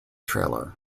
trailer